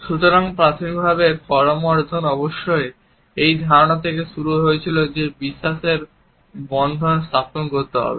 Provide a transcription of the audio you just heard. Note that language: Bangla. সুতরাং প্রাথমিকভাবে করমর্দন অবশ্যই এই ধারণা থেকে শুরু হয়েছিল যে বিশ্বাসের বন্ধন স্থাপন করতে হবে